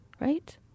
right